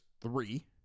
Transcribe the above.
three